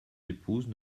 épouses